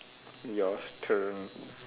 your turn